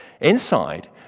inside